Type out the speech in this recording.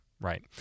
Right